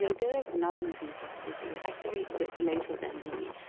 so there is another medieval sufi, actually a bit later than rumi,